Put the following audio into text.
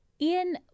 Ian